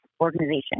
organization